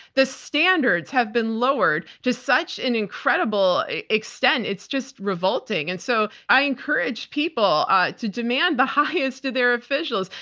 the standards have been lowered just such an incredible extent. it's just revolting. and so i encourage people to demand the highest of their officials,